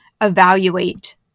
evaluate